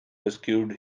rescued